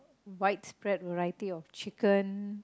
widespread variety of chicken